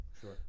sure